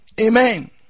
Amen